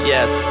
Yes